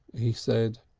he said.